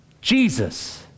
Jesus